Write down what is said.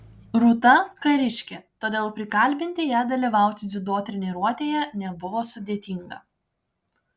rūta kariškė todėl prikalbinti ją dalyvauti dziudo treniruotėje nebuvo sudėtinga